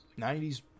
90s